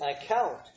account